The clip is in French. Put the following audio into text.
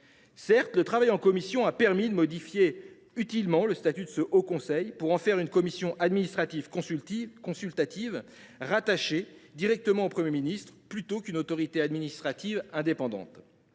Certes, le travail en commission a permis de modifier utilement le statut de ce haut conseil pour en faire une commission administrative consultative, rattachée directement au Premier ministre, plutôt qu’une autorité administrative indépendante.